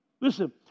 Listen